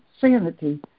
sanity